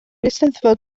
eisteddfod